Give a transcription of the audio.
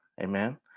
Amen